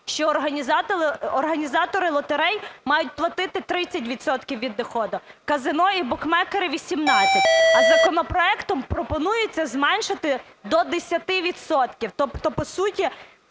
що організатори лотерей мають платити 30 відсотків від доходу, казино і букмекери – 18. А законопроектом пропонується зменшити до 10 відсотків, тобто, по суті,